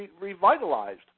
revitalized